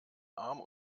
arm